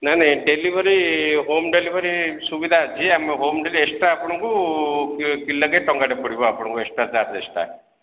ନାହିଁ ନାହିଁ delivery home delivery ସୁବିଧା ଅଛି ଆମେ ହୋମ୍ ଡେଲି ଏକ୍ସଟ୍ରା ଆପଣଙ୍କୁ କିଲୋକେ ଟଙ୍କାଟେ ପଡ଼ିବ ଆପଣଙ୍କୁ ଏକ୍ସଟ୍ରା ଚାରଜେସ୍ଟା